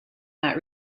that